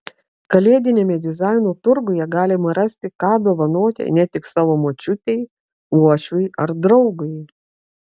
kalėdiniame dizaino turguje galima rasti ką dovanoti ne tik savo močiutei uošviui ar draugui